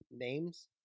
names